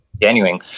genuine